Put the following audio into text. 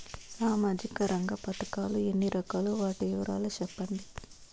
సామాజిక రంగ పథకాలు ఎన్ని రకాలు? వాటి వివరాలు సెప్పండి